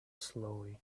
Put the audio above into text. slowly